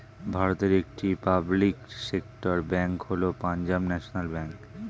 ভারতের একটি public sector bank হল পাঞ্জাব ন্যাশনাল ব্যাঙ্ক